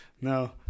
no